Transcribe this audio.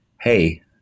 Hey